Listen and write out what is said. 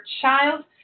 child